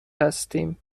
هستیم